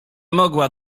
mogła